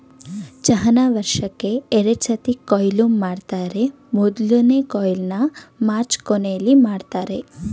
ಚಹಾನ ವರ್ಷಕ್ಕೇ ಎರಡ್ಸತಿ ಕೊಯ್ಲು ಮಾಡ್ತರೆ ಮೊದ್ಲ ಕೊಯ್ಲನ್ನ ಮಾರ್ಚ್ ಕೊನೆಲಿ ಮಾಡ್ತರೆ